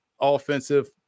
offensive